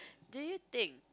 do you take